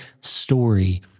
story